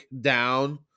down